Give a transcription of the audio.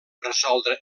resoldre